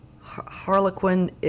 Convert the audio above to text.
Harlequin